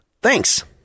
Thanks